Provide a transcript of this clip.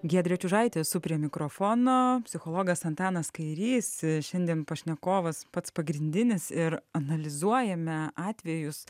giedrė čiužaitė esu prie mikrofono psichologas antanas kairys šiandien pašnekovas pats pagrindinis ir analizuojame atvejus